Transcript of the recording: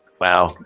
Wow